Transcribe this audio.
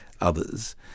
others